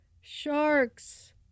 sharks